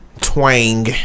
twang